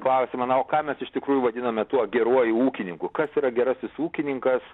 klausimą na o ką mes iš tikrųjų vadiname tuo geruoju ūkininku kas yra gerasis ūkininkas